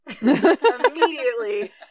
Immediately